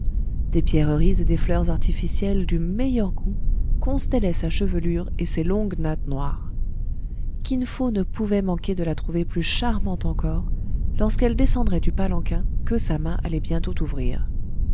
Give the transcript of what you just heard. des pierreries et des fleurs artificielles du meilleur goût constellaient sa chevelure et ses longues nattes noires kinfo ne pouvait manquer de la trouver plus charmante encore lorsqu'elle descendrait du palanquin que sa main allait bientôt ouvrir